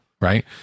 right